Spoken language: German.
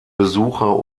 besucher